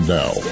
now